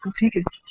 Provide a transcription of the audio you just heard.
tickets.